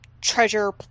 treasure